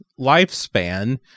lifespan